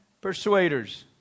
Persuaders